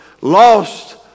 lost